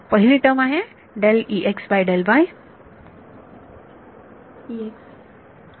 पहिली टर्म आहे विद्यार्थी Ex Refer Time 1846